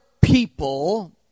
people